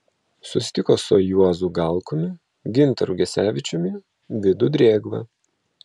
susitiko su juozu galkumi gintaru gesevičiumi vidu drėgva